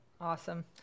Awesome